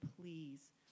please